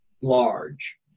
large